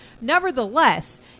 Nevertheless